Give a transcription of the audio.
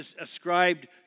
ascribed